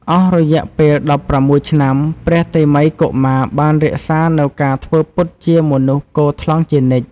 អស់រយៈពេល ១៦ ឆ្នាំ ព្រះតេមិយកុមារបានរក្សានូវការធ្វើពុតជាមនុស្សគថ្លង់ជានិច្ច។